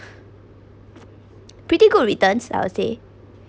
pretty good returns I will say